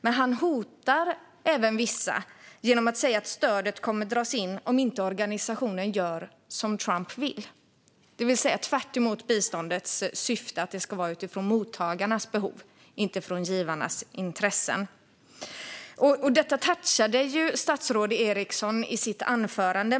Men han hotar även vissa genom att säga att stödet kommer att dras in om organisationen inte gör som Trump vill, det vill säga tvärtemot biståndets syfte att det ska ges utifrån mottagarnas behov inte utifrån givarnas intressen. Detta touchade statsrådet Eriksson i sitt anförande.